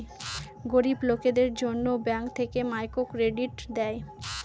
গরিব লোকদের জন্য ব্যাঙ্ক থেকে মাইক্রো ক্রেডিট দেয়